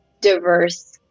diverse